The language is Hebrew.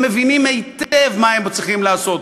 הם מבינים היטב מה הם צריכים לעשות,